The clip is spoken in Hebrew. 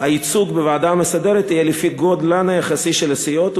"הייצוג בוועדה המסדרת יהיה לפי גודלן היחסי של הסיעות,